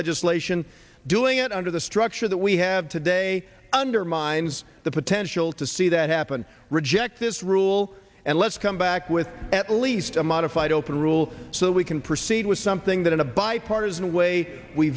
legislation doing it under the structure that we have today undermines the potential to see that happen reject this rule and let's come back with at least a modified open rule so we can proceed with something that in a bipartisan way we